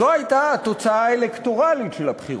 זו הייתה התוצאה האלקטורלית של הבחירות,